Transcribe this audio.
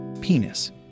penis